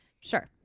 sure